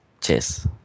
Cheers